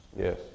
Yes